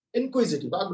inquisitive